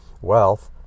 wealth